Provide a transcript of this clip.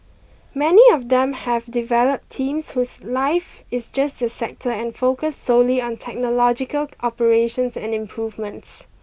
many of them have developed teams whose life is just the sector and focus solely on technological operations and improvements